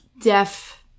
Deaf